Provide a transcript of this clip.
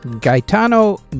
Gaetano